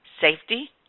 safety